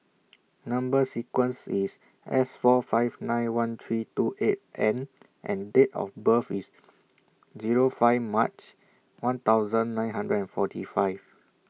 Number sequence IS S four five nine one three two eight N and Date of birth IS Zero five March one thousand nine hundred and forty five